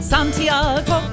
Santiago